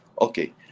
Okay